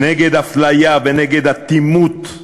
נגד אפליה ונגד אטימות,